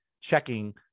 checking